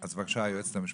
אז בבקשה היועצת המשפטית.